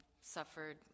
suffered